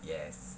yes